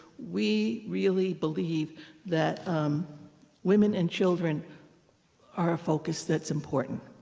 we really believe that women and children are a focus that's important.